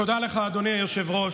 תודה לך, אדוני היושב-ראש.